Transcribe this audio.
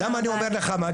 למה אני אומר לחמד?